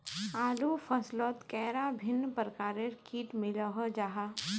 आलूर फसलोत कैडा भिन्न प्रकारेर किट मिलोहो जाहा?